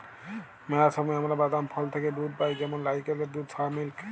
ম্যালা সময় আমরা বাদাম, ফল থ্যাইকে দুহুদ পাই যেমল লাইড়কেলের দুহুদ, সয়া মিল্ক